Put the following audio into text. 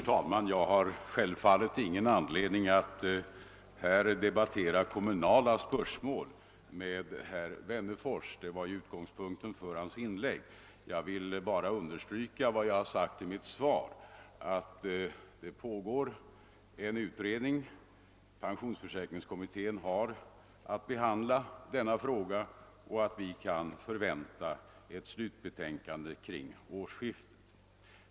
Herr talman! Jag har ingen anledning att här debattera kommunala spörsmål med herr Wennerfors. Det var ju utgångspunkten för hans inlägg. Jag vill bara understryka vad jag sagt i mitt svar. En utredning pågår. Pensionsförsäkringskommittén har att behandia denna fråga, och vi kan förvänta ett slutbetänkande kring årsskiftet.